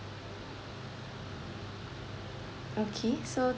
okay so